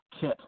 Kit